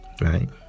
right